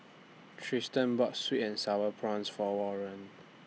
Triston bought Sweet and Sour Prawns For Warren